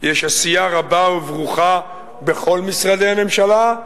ויש עשייה רבה וברוכה בכל משרדי הממשלה.